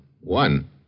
One